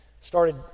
started